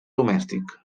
domèstic